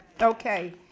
Okay